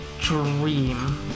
dream